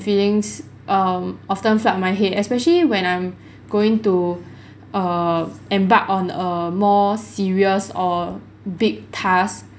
feelings um often felt in my head especially when I'm going to err embark on a more serious or big task